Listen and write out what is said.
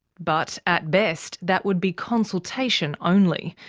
but, at best, that would be consultation only.